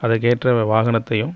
அதற்கேற்ற வாகனத்தையும்